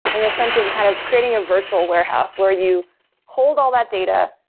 in the sense of kind of creating a virtual warehouse where you hold all that data,